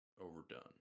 overdone